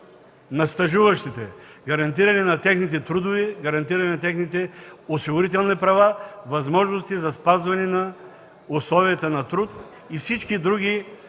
на стажуващите – гарантиране на техните трудови и осигурителни права, възможности за спазване на условията на труд и всички други